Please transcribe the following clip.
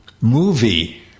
movie